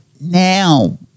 now